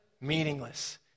meaningless